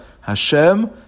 Hashem